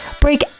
break